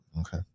Okay